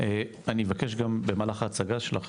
המנכ"לית, במהלך ההצגה שלך